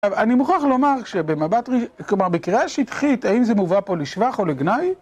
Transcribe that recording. אני מוכרח לומר שבמבט, כלומר בקריאה שטחית, האם זה מובא פה לשבח או לגנאי?